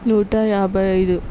నూట యాభై ఐదు